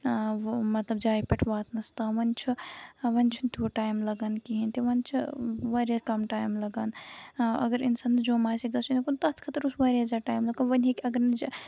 مطلب جایہِ پٮ۪ٹھ واتنَس تانۍ وۄنۍ چھُ وۄنۍ چھُنہ تیوٗت ٹایم لگان کِہینۍ تہِ وۄنۍ چھُ واریاہ کَم ٹایم لگان اَگر اِنسانَس جموں آسہِ گژھُن تَتھ خٲطرٕ آسہِ واریاہ زیادٕ ٹایم وۄنۍ ہٮ۪کہِ اَگر نہٕ